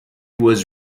was